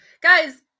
Guys